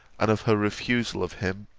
and of her refusal of him,